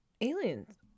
Aliens